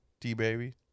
T-Baby